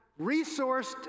resourced